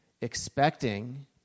expecting